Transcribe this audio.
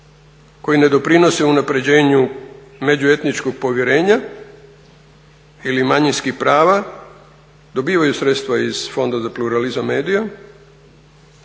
koji ne doprinose unapređenju međuetničkog povjerenja ili manjinskih prava dobivaju sredstva iz Fonda za pluralizam medija